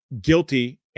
guilty